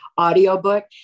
audiobook